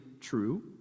true